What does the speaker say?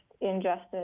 injustice